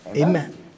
Amen